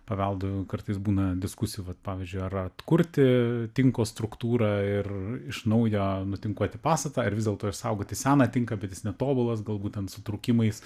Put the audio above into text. paveldu kartais būna diskusijų vat pavyzdžiui ar atkurti tinko struktūrą ir iš naujo nutinkuoti pastatą ar vis dėlto išsaugoti seną tinką bet jis netobulas galbūt ten su trūkimais